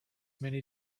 many